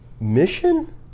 mission